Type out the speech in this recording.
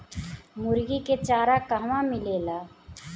मुर्गी के चारा कहवा मिलेला?